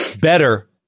Better